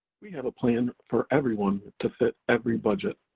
we have a plan for everyone to fit every budget.